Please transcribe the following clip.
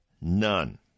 None